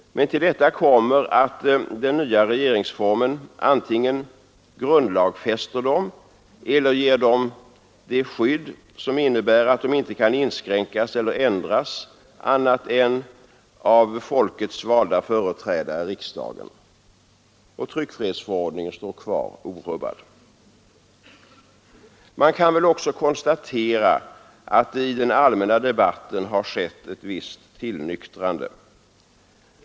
Men till detta kommer att den nya regeringsformen antingen grundlagsfäster dem eller ger dem det skydd som innebär att de inte kan inskränkas eller ändras annat än av folkets valda företrädare i riksdagen. Tryckfrihetsförordningen står kvar orubbad. Man kan väl också konstatera att det i den allmänna debatten har skett ett visst tillnyktrande.